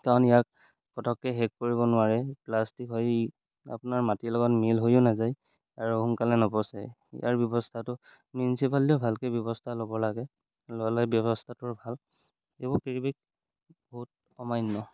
কাৰণ ইয়াক পটককৈ শেষ কৰিব নোৱাৰে প্লাষ্টিক হয় ই আপোনাৰ মাটিৰ লগত মিহলি হৈয়ো নাযায় আৰু সোনকালে নপচে ইয়াৰ ব্যৱস্থাটো মিউনচিপালিটিয়েও ভালকৈ ব্যৱস্থা ল'ব লাগে ল'লে ব্যৱস্থাটোৰ ভাল এইবোৰ পৃথিৱীত বহুত সমান্য